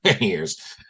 years